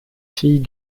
fille